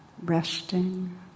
resting